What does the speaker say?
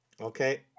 Okay